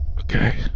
Okay